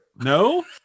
No